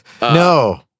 no